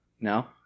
No